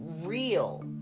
real